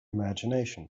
imagination